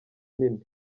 nini